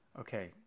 Okay